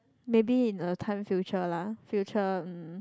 maybe in a time future lah future um